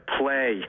play